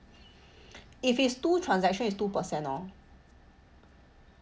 if it's two transaction is two percent orh